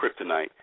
kryptonite